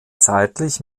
zeitlich